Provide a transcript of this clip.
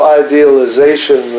idealization